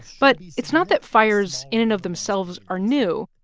but it's not that fires in and of themselves are new.